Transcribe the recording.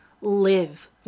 live